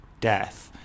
death